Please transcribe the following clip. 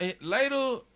Later